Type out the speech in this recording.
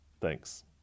Thanks